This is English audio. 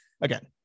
again